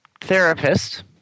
therapist